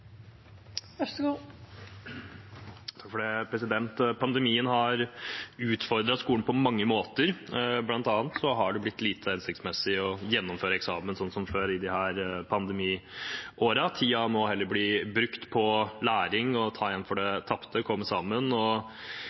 Pandemien har utfordret skolen på mange måter. Blant annet har det blitt lite hensiktsmessig å gjennomføre eksamen sånn som før i disse pandemiårene. Tiden må heller bli brukt på læring, til å ta igjen for det tapte